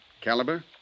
caliber